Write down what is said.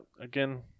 Again